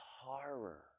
horror